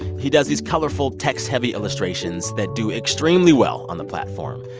he does these colorful, text-heavy illustrations that do extremely well on the platform.